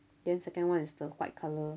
then second one is the white colour